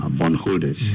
Bondholders